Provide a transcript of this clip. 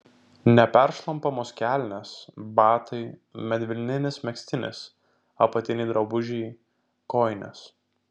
neperšlampamos kelnės batai medvilninis megztinis apatiniai drabužiai kojinės